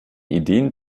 ideen